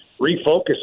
refocus